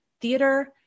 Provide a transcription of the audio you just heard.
theater